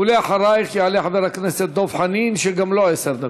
ואחרייך יעלה חבר הכנסת דב חנין, שגם לו עשר דקות.